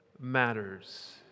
matters